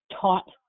taught